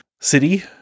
city